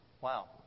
Wow